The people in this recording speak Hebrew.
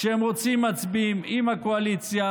כשהם רוצים מצביעים עם הקואליציה,